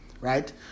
Right